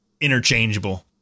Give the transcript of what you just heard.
interchangeable